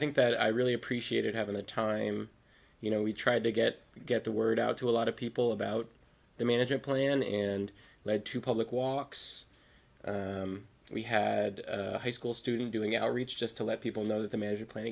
think that i really appreciated having a time you know we tried to get get the word out to a lot of people about the management plan and lead to public walks we had high school student doing outreach just to let people know that the magic plan